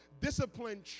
discipline